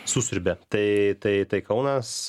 susiurbia tai tai tai kaunas